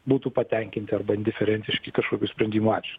būtų patenkinti arba indiferentiški kažkokių sprendimų atžvilgiu